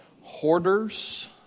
Hoarders